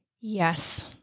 Yes